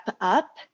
up